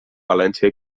valència